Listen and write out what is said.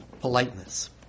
politeness